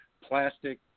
plastic